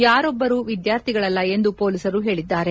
ಯಾರೊಬ್ವರು ವಿದ್ವಾರ್ಥಿಗಳಲ್ಲ ಎಂದು ಪೊಲೀಸರು ಹೇಳಿದ್ದಾರೆ